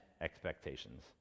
expectations